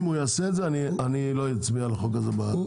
אם הוא יעשה את זה אני לא אצביע על החוק הזה בוועדה.